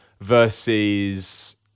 versus